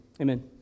Amen